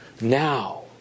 now